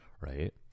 right